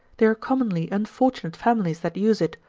they are commonly unfortunate families that use it,